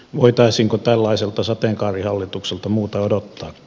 voitaisiinko tällaiselta sateenkaarihallitukselta muuta odottaakaan